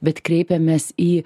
bet kreipiamės į